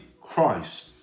Christ